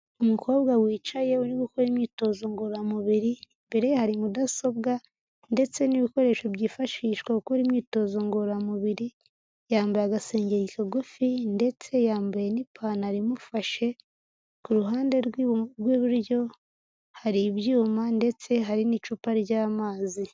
Umukobwa wicaye uri gukora imyitozo ngororamubiri, imbere ye hari mudasobwa ndetse n'ibikoresho byifashishwa gukora imyitozo ngororamubiri, yambaye agasengeri kagufi ndetse yambaye n'ipantaro imufashe, ku ruhande rw'iburyo hari ibyuma ndetse hari n'icupa ry'amazi.